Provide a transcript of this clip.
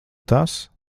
tas